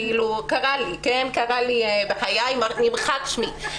כבר קרה לי בחיי ששמי נמחק.